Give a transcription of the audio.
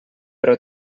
però